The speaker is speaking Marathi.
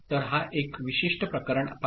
तर एक विशिष्ट प्रकरण पहा